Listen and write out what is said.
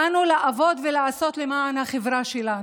באנו לעבוד ולעשות למען החברה שלנו.